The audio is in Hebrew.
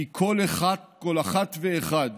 כי כל אחת ואחד